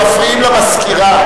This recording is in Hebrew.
אתם מפריעים למזכירה.